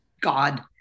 God